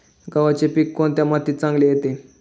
गव्हाचे पीक कोणत्या मातीत चांगले येते?